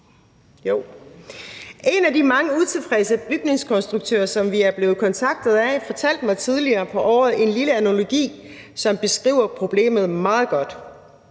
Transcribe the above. En af de mange utilfredse bygningskonstruktører, som vi er blevet kontaktet af, fortalte mig tidligere på året en lille analogi, som beskriver problemet meget godt.